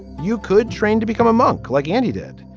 you could train to become a monk like andy did,